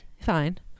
Fine